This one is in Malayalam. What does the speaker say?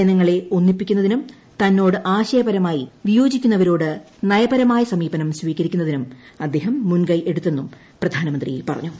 ജനങ്ങളെ ഒന്നിപ്പിക്കുന്നതിനും തന്നോട് ആശയപരമായി വിയോജിക്കുന്നവരോട് നയപരമായ സമീപനം സ്വീകരിക്കുന്നതിനും അദ്ദേഹം മുൻകൈ എടുത്തെന്നും പ്രധാനമന്ത്രി പറഞ്ഞു